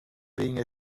being